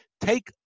take